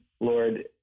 Lord